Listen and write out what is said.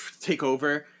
takeover